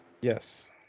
Yes